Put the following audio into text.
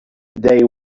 they